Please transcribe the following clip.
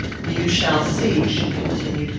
you shall see, she continued,